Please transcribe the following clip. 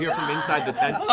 yeah from inside the tent,